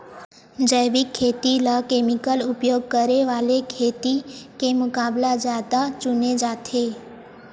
जैविक खेती ला केमिकल उपयोग करे वाले खेती के मुकाबला ज्यादा चुने जाते